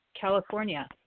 California